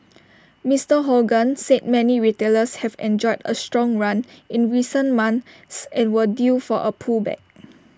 Mister Hogan said many retailers have enjoyed A strong run in recent months and were due for A pullback